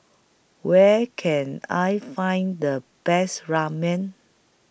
Where Can I Find The Best Ramen